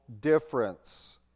difference